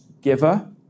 giver